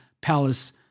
palace